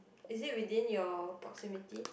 is it within your proximity